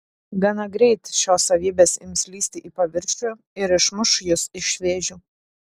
gana greit šios savybės ims lįsti į paviršių ir išmuš jus iš vėžių